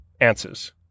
answers